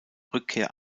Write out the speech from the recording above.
rückkehr